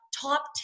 top